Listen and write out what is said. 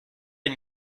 une